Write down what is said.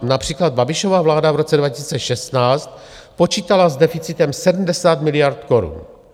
Například Babišova vláda v roce 2016 počítala s deficitem 70 miliard korun.